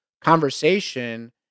conversation